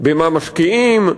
במה משקיעים,